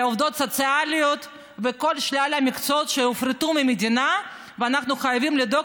עובדות סוציאליות וכל שלל המקצועות שהופרטו במדינה ואנחנו חייבים לדאוג